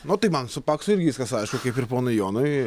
nu tai man su paksu irgi viskas aišku kaip ir ponui jonui